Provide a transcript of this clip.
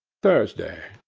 thursday.